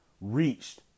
reached